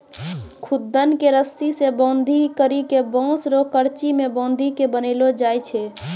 खुद्दन के रस्सी से बांधी करी के बांस रो करची मे बांधी के बनैलो जाय छै